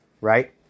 right